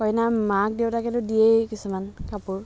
কইনাৰ মাক দেউতাকেতো দিয়েই কিছুমান কাপোৰ